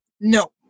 No